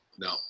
no